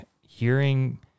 hearing